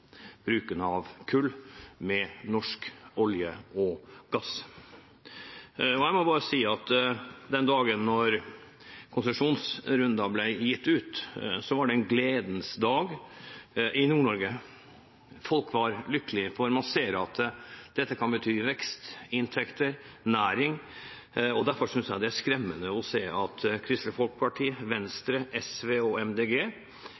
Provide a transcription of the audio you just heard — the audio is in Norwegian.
bruken av kull med norsk olje og gass. Jeg må bare si at den dagen da konsesjonsrundene ble gitt ut, var det en gledens dag i Nord-Norge. Folk var lykkelige, man så at dette kunne bety vekst, inntekter, næring, og derfor synes jeg det er skremmende å se at Kristelig Folkeparti, Venstre, SV og